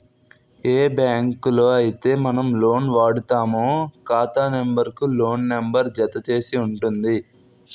ఏ బ్యాంకులో అయితే మనం లోన్ వాడుతామో ఖాతా నెంబర్ కు లోన్ నెంబర్ జత చేసి ఉంటుంది